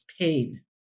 pain